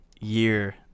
year